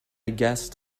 guessed